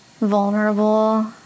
vulnerable